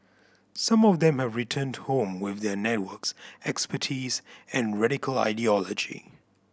some of them have returned home with their networks expertise and radical ideology